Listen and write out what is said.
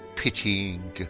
pitying